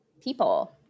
people